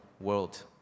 world